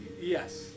Yes